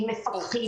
עם מפקחים.